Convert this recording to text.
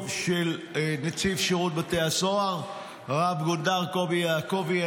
של נציב שירות בתי הסוהר רב-גונדר קובי יעקובי.